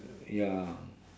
ya